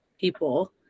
people